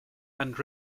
and